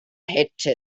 hätte